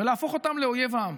ולהפוך אותם לאויב העם.